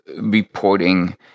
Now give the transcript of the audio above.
reporting